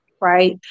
Right